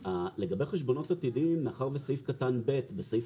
לגבי חשבונות עתידיים, מאחר שסעיף קטן (ב) בסעיף